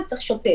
אני צריך שוטר.